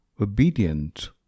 obedient